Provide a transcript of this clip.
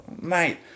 mate